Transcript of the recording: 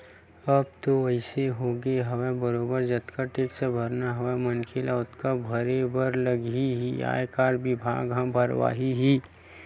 अब तो अइसे होगे हवय बरोबर जतका टेक्स भरना हवय मनखे ल ओतका भरे बर लगही ही आयकर बिभाग ह भरवाही ही